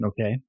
Okay